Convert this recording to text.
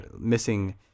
missing